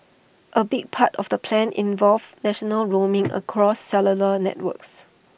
A big part of the plan involves national roaming across cellular networks